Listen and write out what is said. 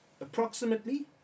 approximately